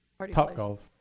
top golf.